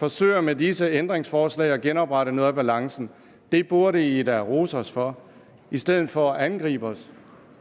forsøger med disse ændringsforslag at genoprette noget af balancen. Det burde Enhedslisten da rose os for i stedet for at angribe os.